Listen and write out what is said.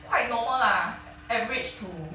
quite normal lah average to